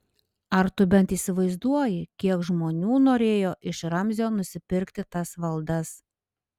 ar tu bent įsivaizduoji kiek žmonių norėjo iš ramzio nusipirkti tas valdas